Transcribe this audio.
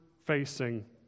facing